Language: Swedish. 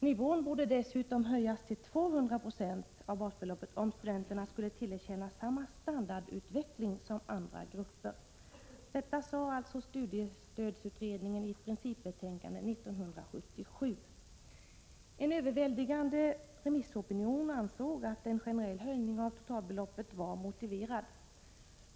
Nivån borde höjas till 200 96 av basbeloppet om studenterna skulle tillerkännas samma standardutveckling som andra grupper. Detta sade alltså studiestödsutredningen i ett principbetänkande 1977. En överväldigande remissopinion ansåg att en generell höjning av totalbeloppet var motiverad.